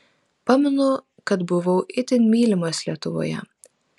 pamenu kad buvau itin mylimas lietuvoje